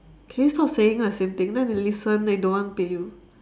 can you stop saying the same thing then they listen they don't want to pay you